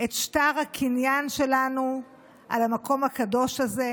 את שטר הקניין שלנו על המקום הקדוש הזה